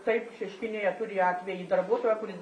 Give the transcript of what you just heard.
taip šeškinėje turi atvejį darbuotojo kuris